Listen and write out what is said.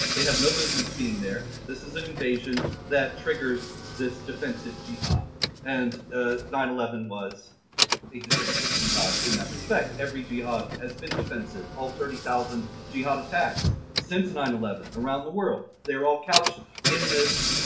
they have no business being there. this is an invasion. that triggers this defensive jihad and nine eleven was a defensive jihad in that respect. every jihad has been defensive. all thirty thousand jihad attacks since nine eleven around the world. they are all couched in this.